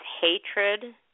hatred